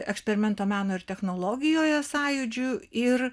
eksperimento meno ir technologijoje sąjūdžiu ir